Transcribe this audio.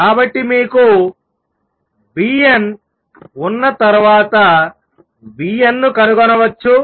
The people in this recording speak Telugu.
కాబట్టి మీకు vn ఉన్న తర్వాత vn ను కనుగొనవచ్చు